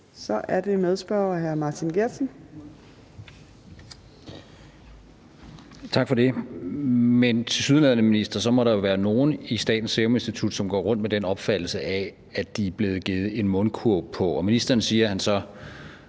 Geertsen. Kl. 15:39 Martin Geertsen (V): Tak for det. Men tilsyneladende, minister, må der jo være nogen i Statens Serum Institut, som går rundt med en opfattelse af, at de er blevet givet en mundkurv på. Ministeren siger, at han så